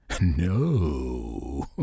No